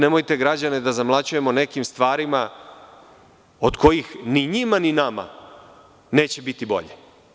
Nemojte građane da zamlaćujemo nekim stvarima od kojih ni njima ni nama neće biti bolje.